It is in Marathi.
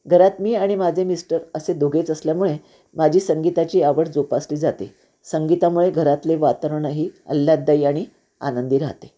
घरात मी आणि माझे मिस्टर असे दोघेच असल्यामुळे माझी संगीताची आवड जोपासली जाते संगीतामुळे घरातले वातावरणही आल्हाददायी आणि आनंदी राहते